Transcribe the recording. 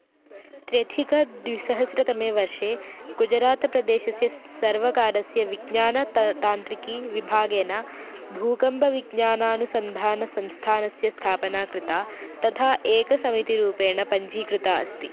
त्र्यधिकद्विसहस्रतमे वर्षे गुजरात्प्रदेशस्य स् सर्वकारस्य विज्ञानत तान्त्रिकीविभागेन भूकम्पविज्ञानानुसन्धानसंस्थानस्य स्थापना कृता तथा एकसमितिरूपेण पञ्जीकृता अस्ति